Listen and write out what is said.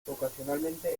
ocasionalmente